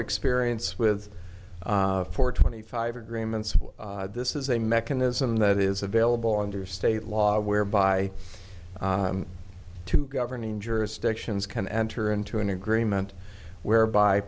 experience with four twenty five agreements this is a mechanism that is available under state law whereby two governing jurisdictions can enter into an agreement whereby